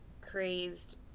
crazed